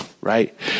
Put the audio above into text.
right